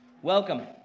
Welcome